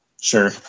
Sure